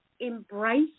embrace